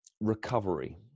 recovery